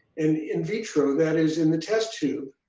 and in vitro that is in the test tube,